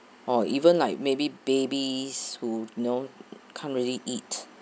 or even like maybe babies who you know can't really eat